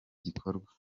gikorwa